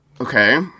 Okay